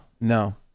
no